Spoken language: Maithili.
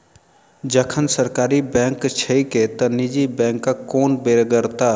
जखन सरकारी बैंक छैके त निजी बैंकक कोन बेगरता?